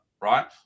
right